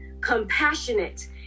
compassionate